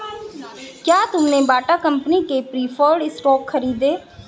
क्या तुमने Bata company के प्रिफर्ड स्टॉक खरीदे?